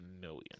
million